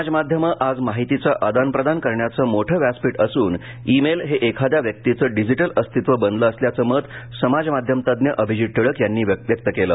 समाजमाध्यम आज माहितीचं आदानप्रदान करण्याचं मोठं व्यासपीठ असून ई मेल हे ख्राद्या व्यक्तीचं डिजिटल अस्तित्व बनलं असल्याचं मत समाज माध्यम तज्ज्ञ अभिजित टिळक यांनी व्यक्त केलं